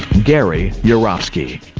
gary yourofsky.